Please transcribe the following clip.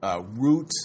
Root